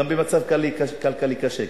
גם במצב כלכלי קשה,